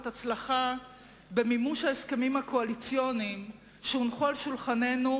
הצלחה במימוש ההסכמים הקואליציוניים שהונחו על שולחננו,